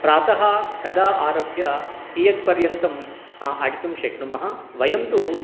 प्रातः कदा आरभ्य कियत्पर्यन्तम् अटितुं शक्नुमः वयं तु